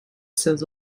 seus